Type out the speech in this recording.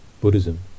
Buddhism